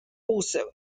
also